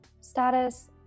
status